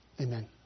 Amen